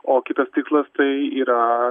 o kitas tikslas tai yra